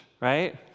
Right